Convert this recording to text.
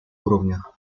уровнях